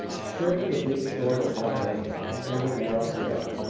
skirting the bleak shores of patagonia in a single narrow sierra,